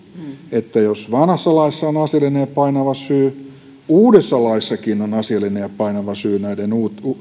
jos vanhassa laissa on asiallinen ja painava syy uudessa laissakin on asiallinen ja painava syy näiden